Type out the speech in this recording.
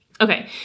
Okay